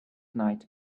night